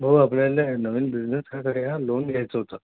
हो आपल्याला नवीन बिझनेससाठी लोन घायचं होतं